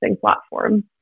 platform